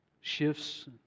shifts